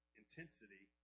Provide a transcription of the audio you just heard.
intensity